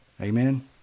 Amen